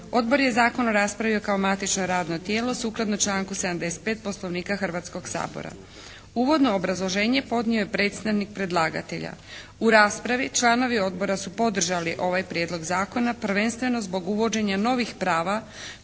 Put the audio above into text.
Odbor je zakon raspravio kao matično radno tijelo sukladno članku 75. Poslovnika Hrvatskog sabora. Uvodno obrazloženje podnio je predstavnik predlagatelja. U raspravi članovi odbora su podržali ovaj prijedlog zakona prvenstveno zbog uvođenja novih prava